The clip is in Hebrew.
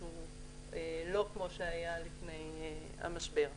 לא כמו שהיה לפני המשבר.